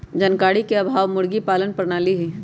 जानकारी के अभाव मुर्गी पालन प्रणाली हई